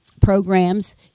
Programs